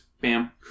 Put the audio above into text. bam